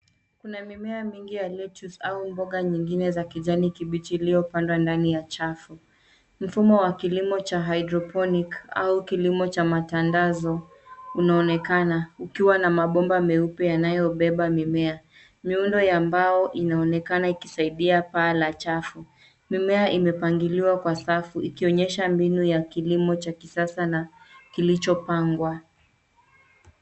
Kuna mimea mingi ya lettuce au mboga nyingine za kijani kibichi iliyopandwa ndani ya chafu. Mfumo wa kilimo cha hydroponic au kilimo cha matandazo unaonekana ukiwa na mabomba meupe yanayobeba mimea. Miundo ya mbao inaonekana ikisaidia paa la chafu. Mimea imepangiliwa kwa safu ikionyesha mbinu ya kilimo cha kisasa na kilichopangwa.